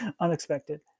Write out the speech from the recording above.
unexpected